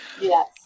Yes